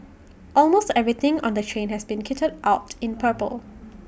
almost everything on the train has been kitted out in purple